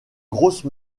grosses